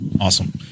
Awesome